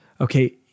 Okay